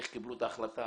איך קיבלו את ההחלטה,